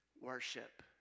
worship